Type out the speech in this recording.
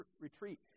retreat